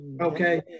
Okay